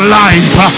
life